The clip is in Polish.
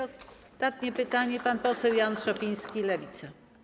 Ostatnie pytanie, pan poseł Jan Szopiński, Lewica.